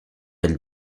elles